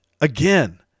Again